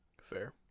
Fair